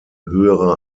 höhere